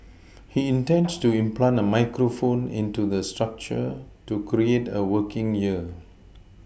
he intends to implant a microphone into the structure to create a working ear